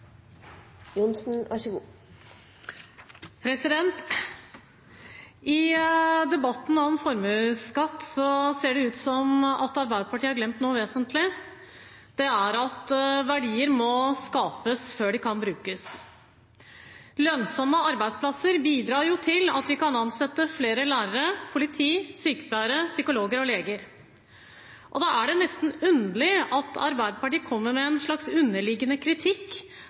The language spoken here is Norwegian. gjenstår i så fall bare billig. I debatten om formuesskatt ser det ut til at Arbeiderpartiet har glemt noe vesentlig – det er at verdier må skapes før de kan brukes. Lønnsomme arbeidsplasser bidrar jo til at vi kan ansette flere lærere, politifolk, sykepleiere, psykologer og leger. Da er det nesten underlig at Arbeiderpartiet kommer med en slags underliggende kritikk